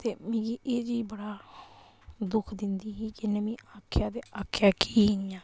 ते मिगी एह चीज़ बड़ा दुक्ख दिंदी ही कि इन्नै मी आक्खेआ ते आक्खेआ कि इयां